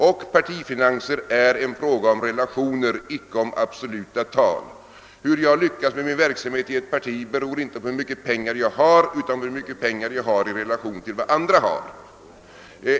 Och partifinanser är en fråga om relationer, icke om absoluta tal. Hur jag lyckas med min verksamhet i ett politiskt parti beror inte på hur mycket pengar jag själv har, utan på hur mycket pengar jag har i relation till andra.